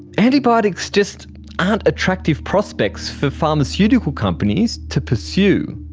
antibiotics just aren't attractive prospects for pharmaceutical companies to pursue.